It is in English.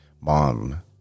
mom